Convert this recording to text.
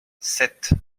sept